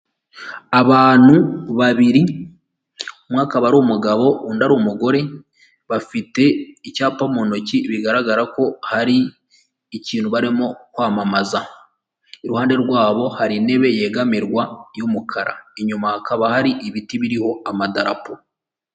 Abantu babiri umwe akaba ari umugabo undi ari umugore bafite icyapa mu ntoki, bigaragara ko hari ikintu barimo kwamamaza, iruhande rwabo hari intebe yegamirwa y'umukara, inyuma hakaba hari ibiti biriho amadarapo.